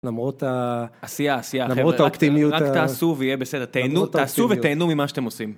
למרות העשייה העשייה, רק תעשו ויהיה בסדר, תעשו ותיהנו ממה שאתם עושים.